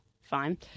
fine